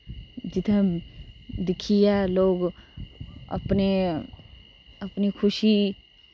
जित्थें दिक्खियै लोग अपने अपनी खुशी